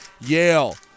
Yale